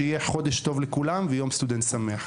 שיהיה חודש טוב לכולם ויום סטודנט שמח.